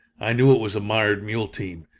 i knew it was a mired mule team.